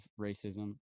racism